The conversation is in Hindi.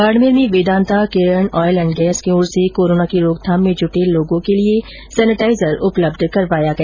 बाडमेर में Vedanta Cairn oil and gas की ओर से कोरोना की रोकथाम में जुटे लोगों के लिए सैनेटाईजर उपलब्ध करावाया गया